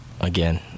Again